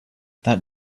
that